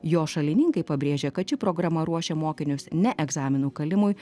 jo šalininkai pabrėžia kad ši programa ruošia mokinius ne egzaminų kalimui